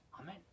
amen